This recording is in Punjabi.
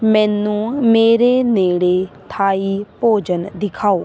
ਮੈਨੂੰ ਮੇਰੇ ਨੇੜੇ ਥਾਈ ਭੋਜਨ ਦਿਖਾਓ